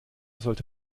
sollte